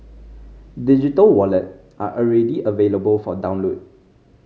digital wallet are already available for download